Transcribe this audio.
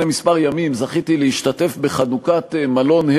את ההשתתפות שלכם,